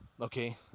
okay